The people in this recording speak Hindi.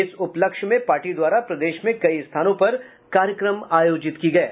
इस उपलक्ष्य में पार्टी द्वारा प्रदेश में कई स्थानों पर कार्यक्रम आयोजित किये गये